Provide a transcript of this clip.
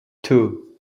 two